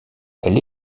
elle